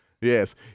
Yes